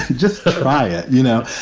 just try it. you know,